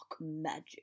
magic